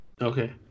okay